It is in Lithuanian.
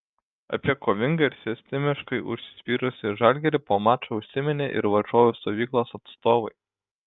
apie kovingą ir sistemiškai užsispyrusį žalgirį po mačo užsiminė ir varžovų stovyklos atstovai